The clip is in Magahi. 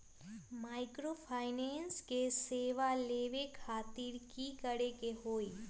माइक्रोफाइनेंस के सेवा लेबे खातीर की करे के होई?